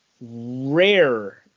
rare